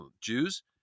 jews